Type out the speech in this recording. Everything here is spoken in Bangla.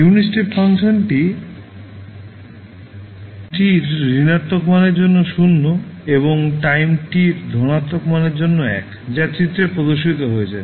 ইউনিট স্টেপ ফাংশনটি টাইম t র ঋণাত্মক মানের জন্য 0 এবং টাইম t র ধনাত্মক মানের জন্য 1 যা চিত্রে প্রদর্শিত হয়েছে